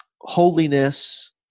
holiness